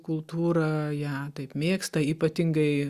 kultūrą ją taip mėgsta ypatingai